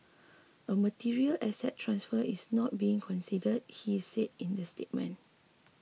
a material asset transfer is not being considered he said in the statement